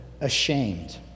ashamed